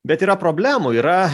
bet yra problemų yra